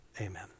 amen